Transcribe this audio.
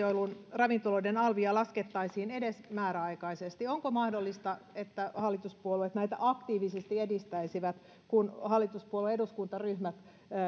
ravintoloiden alvia laskettaisiin edes määräaikaisesti onko mahdollista että hallituspuolueet näitä aktiivisesti edistäisivät kun hallituspuolueiden eduskuntaryhmät